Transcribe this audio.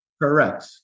correct